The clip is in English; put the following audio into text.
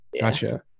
Gotcha